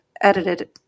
edited